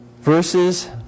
verses